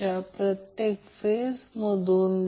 तर इथे मी लिहितो ते Vbc आहे म्हणून ते आहे ते आहे